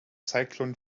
cyclone